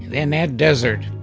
in that desert,